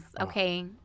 okay